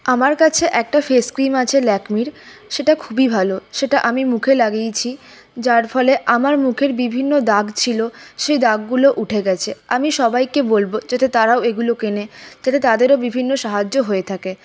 আমার কাছে একটা ফেস ক্রিম আছে ল্যাকমির সেটা খুবই ভালো সেটা আমি মুখে লাগিয়েছি যার ফলে আমার মুখের বিভিন্ন দাগ ছিল সে দাগগুলো উঠে গেছে আমি সবাইকে বলব যাতে তারাও এগুলো কেনে যাতে তাদেরও বিভিন্ন সাহায্য হয়ে থাকে